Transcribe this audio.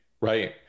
Right